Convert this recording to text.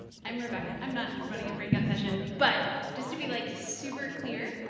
i'm rebecca. i'm not rupping a breakout session, but just to be, like, super clear,